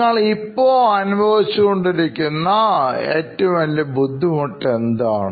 നിങ്ങൾ അനുഭവിക്കുന്ന ഒരു പ്രശ്നം എന്താണ്